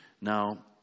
now